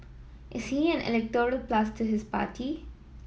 is he an electoral plus to his party